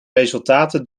resultaten